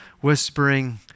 whispering